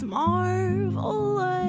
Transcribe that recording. marvelous